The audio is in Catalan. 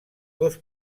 dos